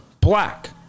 Black